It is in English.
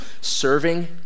serving